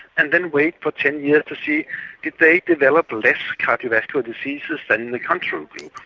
and then wait for ten years to see did they develop less cardiovascular diseases than in the control group.